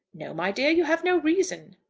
no, my dear you have no reason.